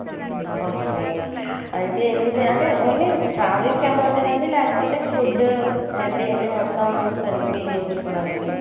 okay అండి అయితే ఏమిలేదు అంటే ఓన్లీ ట్రావెలింగ్కి అమౌంటా అండి లేకపోతే ఫుడ్డు బెడ్ ఇవన్నీ మొత్తం కలిపి వేయించుకోవడానికా